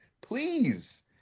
please